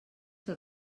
que